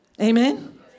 Amen